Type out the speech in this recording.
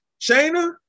Shayna